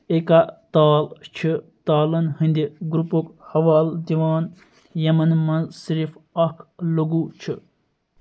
ایکا تال چھِ تالَن ہٕنٛدِ گرٛوٗپُک حوالہٕ دِوان یِمَن منٛز صِرف اَکھ لگوٗ چھُ